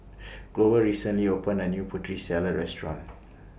Glover recently opened A New Putri Salad Restaurant